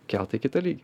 kelt į kitą lygį